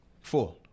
Four